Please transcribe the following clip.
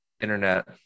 internet